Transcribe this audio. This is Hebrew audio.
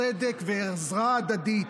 צדק ועזרה הדדית.